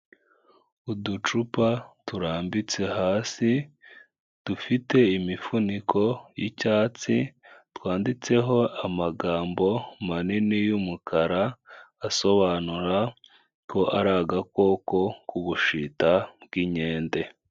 Uducupa turambitse hasi dufite imifuniko y'icyatsi twanditseho amagambo manini y'umukara asobanura ko ari agakoko k'ubushita bw'inkende.